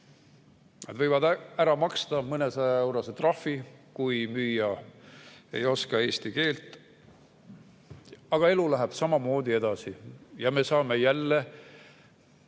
võivad ära maksta mõnesajaeurose trahvi, kui müüa ei oska eesti keelt, aga elu läheb samamoodi edasi ja me saame jälle